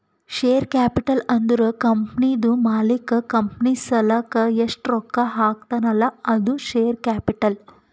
share capital ಅಂದುರ್ ಕಂಪನಿದು ಮಾಲೀಕ್ ಕಂಪನಿ ಸಲಾಕ್ ಎಸ್ಟ್ ರೊಕ್ಕಾ ಹಾಕ್ತಾನ್ ಅಲ್ಲಾ ಅದು ಶೇರ್ ಕ್ಯಾಪಿಟಲ್